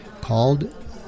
called